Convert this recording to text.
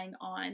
on